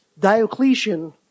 Diocletian